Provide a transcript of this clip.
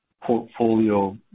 portfolio